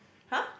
!huh!